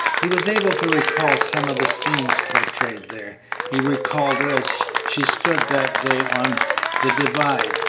he was able to recall some of the scenes portrayed there he recalled her as she stood that day on the divide,